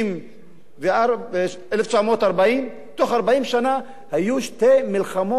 בתוך 40 שנה, היו שתי מלחמות איומות ונוראות.